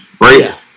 right